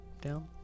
down